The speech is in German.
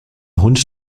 hund